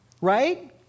right